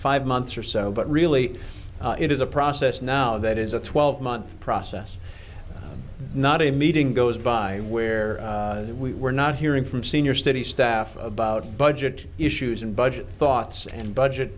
five months or so but really it is a process now that is a twelve month process not a meeting goes by where we were not hearing from senior study staff about budget issues and budget thoughts and budget